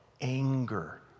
anger